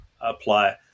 apply